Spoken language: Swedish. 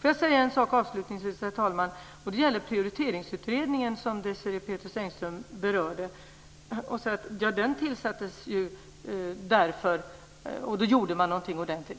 Får jag avslutningsvis, herr talman, säga något om Prioriteringsutredningen, som Desirée Pethrus Engström berörde. Hon sade att man gjorde något ordentligt när den tillsattes.